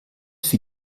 für